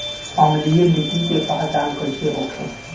अम्लीय मिट्टी के पहचान कइसे होखे?